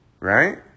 right